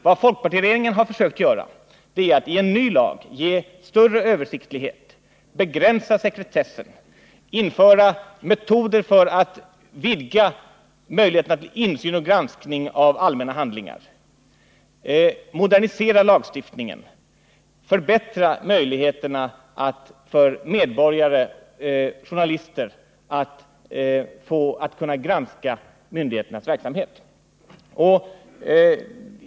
Vad folkpartiregeringen har försökt göra är att i en ny lag ge större översiktlighet, begränsa sekretessen, modernisera lagstiftningen och förbättra möjligheterna för medborgare och journalister att granska myndigheternas verksamhet.